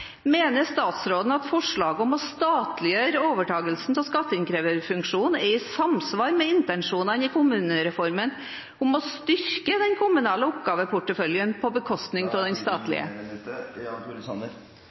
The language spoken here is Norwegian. Mener statsråden at forslaget om å statliggjøre skatteinnkreverfunksjonen er i samsvar med intensjonene i kommunereformen om å styrke den kommunale oppgaveporteføljen på bekostning av den statlige?